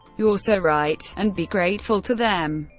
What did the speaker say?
you're so right' and be grateful to them.